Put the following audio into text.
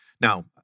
Now